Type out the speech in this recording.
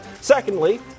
Secondly